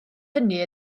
hynny